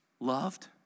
Loved